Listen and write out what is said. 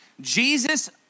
Jesus